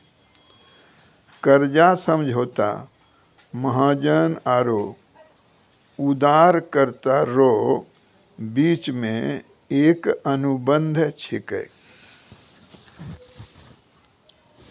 कर्जा समझौता महाजन आरो उदारकरता रो बिच मे एक अनुबंध छिकै